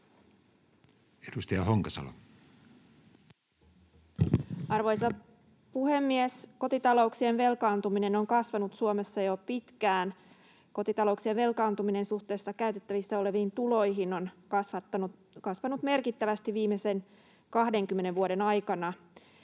14:28 Content: Arvoisa puhemies! Kotitalouksien velkaantuminen on kasvanut Suomessa jo pitkään. Kotitalouksien velkaantuminen suhteessa käytettävissä oleviin tuloihin on kasvanut merkittävästi viimeisten 20 vuoden aikana.